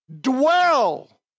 dwell